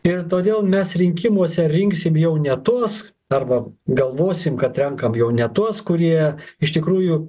ir todėl mes rinkimuose rinksime jau ne tuos arba galvosim kad renkam jau ne tuos kurie iš tikrųjų